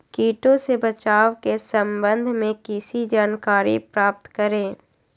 किटो से बचाव के सम्वन्ध में किसी जानकारी प्राप्त करें?